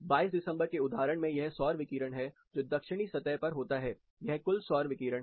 22 दिसंबर के उदाहरण में यह सौर विकिरण है जो दक्षिणी सतह पर होता है यह कुल सौर विकिरण है